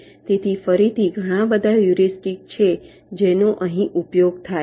તેથી ફરીથી ઘણા બધા હ્યુરિસ્ટિક્સ છે જેનો અહીં ઉપયોગ થાય છે